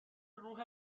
روح